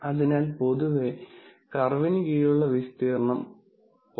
അതിനാൽ പൊതുവെ കർവിന് കീഴിലുള്ള വിസ്തീർണ്ണം 0